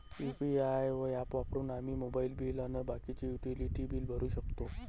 UPI app वापरून आम्ही mobile bill अन बाकीचे युटिलिटी बिल भरू शकतो